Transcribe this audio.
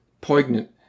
poignant